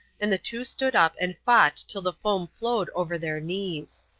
and the two stood up and fought till the foam flowed over their knees.